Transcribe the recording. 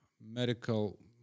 medical